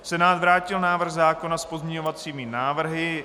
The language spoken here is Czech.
Senát vrátil návrh zákona s pozměňovacími návrhy.